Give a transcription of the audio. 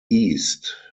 east